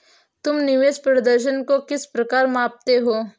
तुम निवेश प्रदर्शन को किस प्रकार मापते हो?